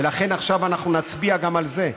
ולכן עכשיו נצביע גם על זה.